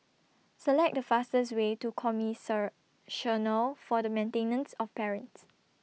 Select The fastest Way to For The Maintenance of Parents